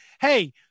Hey